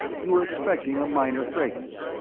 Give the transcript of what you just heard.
you were expecting a minor fracas,